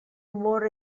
humor